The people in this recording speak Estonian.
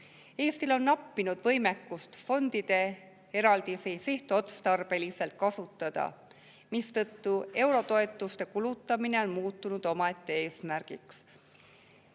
Eestil on nappinud võimekust fondide eraldisi sihtotstarbeliselt kasutada, mistõttu eurotoetuste kulutamine on muutunud omaette eesmärgiks.